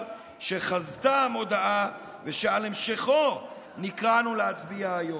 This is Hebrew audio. שחזתה המודעה ושעל המשכו נקראנו להצביע היום.